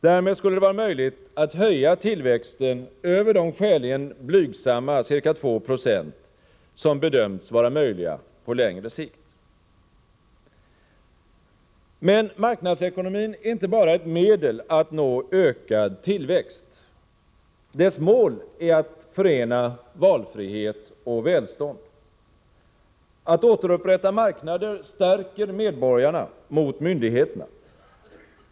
Därmed skulle det vara möjligt att höja tillväxten över de skäligen blygsamma ca 2 26 som bedömts vara möjliga på längre sikt. Men marknadsekonomin är inte bara ett medel att nå ökad tillväxt. Dess mål är att förena valfrihet och välstånd. Att återupprätta marknader stärker medborgarna mot myndigheterna.